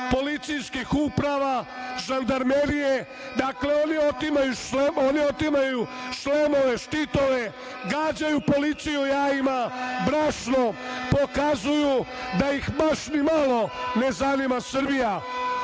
policijskih uprava, žandarmerije, dakle, oni otimaju šlemove, štitove, gađaju policiju jajima, brašnom, pokazuju da ih baš ni malo ne zanima Srbija. Ono